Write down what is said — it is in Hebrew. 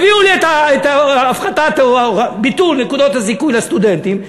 הביאו לי את הפחתת או ביטול נקודות הזיכוי לסטודנטים,